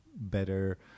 better